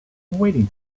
waiting